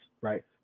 right